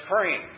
praying